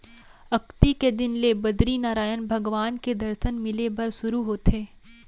अक्ती के दिन ले बदरीनरायन भगवान के दरसन मिले बर सुरू होथे